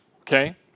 okay